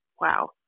Wow